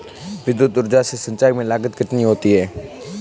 विद्युत ऊर्जा से सिंचाई में लागत कितनी होती है?